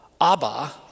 Abba